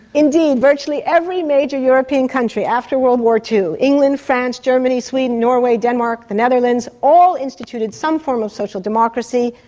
indeed, virtually every major european country after world war ii, england, france, germany, sweden, norway, denmark, the netherlands, all instituted some form of social democracy,